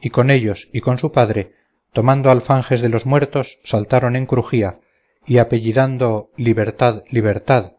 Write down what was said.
y con ellos y con su padre tomando alfanjes de los muertos saltaron en crujía y apellidando libertad libertad